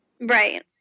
Right